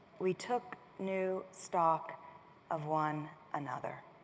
we took new stock of one another.